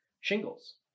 shingles